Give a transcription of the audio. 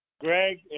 Greg